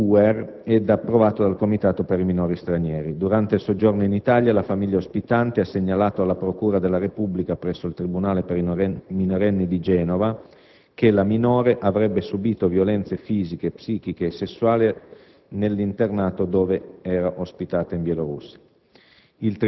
Puer ed approvato dal Comitato per i minori stranieri. Durante il soggiorno in Italia, la famiglia ospitante ha segnalato alla procura della Repubblica presso il tribunale per i minorenni di Genova che la minore avrebbe subìto violenze fisiche, psichiche e sessuali nell'internato dove era ospitata in Bielorussia.